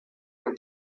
dem